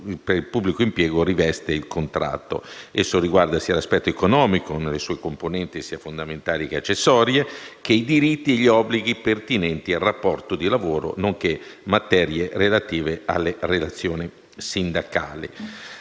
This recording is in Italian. il pubblico impiego riveste il contratto. Esso riguarda sia l'aspetto economico, nelle sue componenti sia fondamentali che accessorie, che i diritti e gli obblighi pertinenti al rapporto di lavoro, nonché materie relative alle relazioni sindacali.